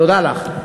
תודה לך.